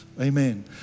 Amen